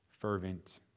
fervent